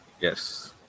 yes